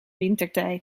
wintertijd